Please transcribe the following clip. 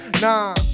Nah